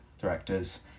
directors